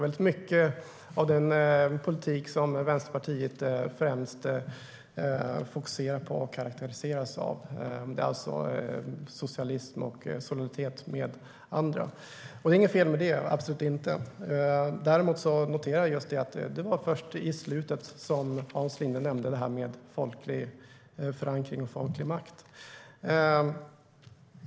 Väldigt mycket av den politik som Vänsterpartiet främst fokuserar på och karakteriseras av är socialism och solidaritet med andra. Och det är inget fel i det, absolut inte. Men jag noterar att det var först i slutet som Hans Linde nämnde detta med folklig förankring och folklig makt.